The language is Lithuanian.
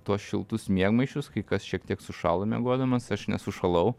tuos šiltus miegmaišius kai kas šiek tiek sušalo miegodamas aš nesušalau